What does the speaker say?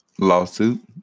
lawsuit